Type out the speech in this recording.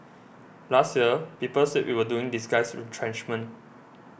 last year people said we were doing disguised retrenchment